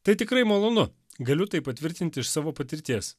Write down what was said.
tai tikrai malonu galiu tai patvirtinti iš savo patirties